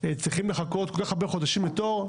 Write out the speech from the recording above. צריכים לחכות כל כך הרבה חודשים לתור,